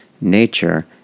nature